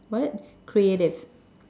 what creative